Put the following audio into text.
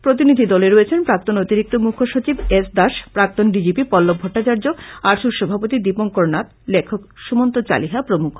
প্রতিনিধি দলে রয়েছেন প্রাক্তন অতিরিক্ত মুখ্য সচিব এস দাস প্রাক্তন D G P Pallab Bhattacharya আসুর সভাপতি দীপংকর নাথ লেখক সুমন্ত চালিহা প্রমূখ